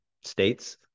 states